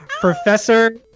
Professor